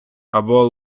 або